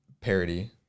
parody